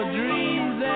dreams